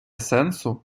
сенсу